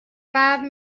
five